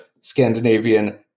Scandinavian